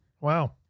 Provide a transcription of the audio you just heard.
Wow